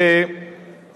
ועל